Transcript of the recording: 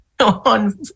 On